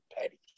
petty